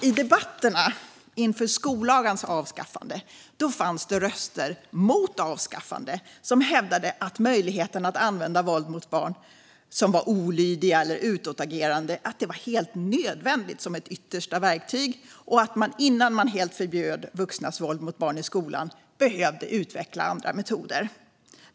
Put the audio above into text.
I debatterna inför skolagans avskaffande fanns det röster mot avskaffande som hävdade att möjligheten att använda våld mot barn som var olydiga eller utagerande var helt nödvändig som ett yttersta verktyg och att man behövde utveckla andra metoder innan man helt förbjöd vuxnas våld mot barn i skolan.